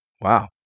Wow